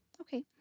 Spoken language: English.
Okay